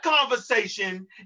conversation